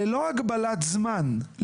שבעבר היו מקבלים את תעודת הזמנית כבר בנתב"ג,